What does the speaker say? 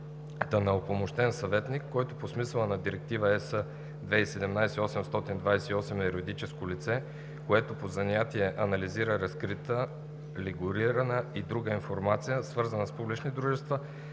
на „упълномощен съветник“, който по смисъла на Директива (ЕС) 2017/828 е юридическо лице, което по занятие анализира разкрита, регулирана и друга информация, свързана с публични дружества,